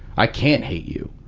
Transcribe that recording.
i can't hate you.